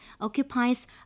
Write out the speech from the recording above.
occupies